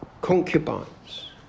concubines